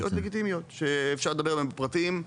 שאלות לגיטימיות שאפשר לדבר עליהן בפרטים,